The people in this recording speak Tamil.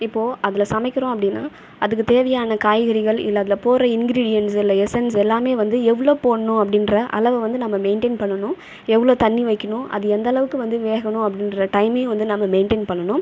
இப்போது அதில் சமைக்கிறோம் அப்படின்னால் அதுக்கு தேவையான காய்கறிகள் இல்லை அதில் போடுகிற இன்கிரீடியன்ட்ஸ் இல்லை எஸ்சென்ஸ் எல்லாமே வந்து எவ்வளோ போடணும் அப்படிங்ற அளவு வந்து நம்ம மெயின்டென் பண்ணணும் எவ்வளோ தண்ணி வைக்கணும் அது எந்த அளவுக்கு வந்து வேகணும் அப்படிங்ற டைமே வந்து நம்ம மெயின்டென் பண்ணணும்